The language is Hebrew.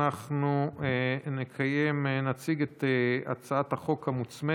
אנחנו נעבור להצעת חוק האזרחים הוותיקים (תיקון מס' 16)